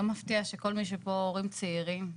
לא מפתיע שכל מי שפה הורים צעירים,